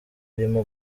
arimo